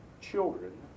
children